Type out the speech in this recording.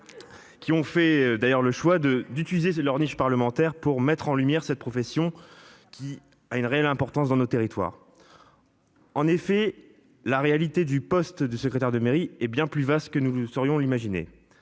Qui ont fait d'ailleurs le choix de d'utiliser leur niche parlementaire pour mettre en lumière cette profession qui a une réelle importance dans nos territoires. En effet la réalité du poste de secrétaire de mairie hé bien plus vaste que nous serions imaginer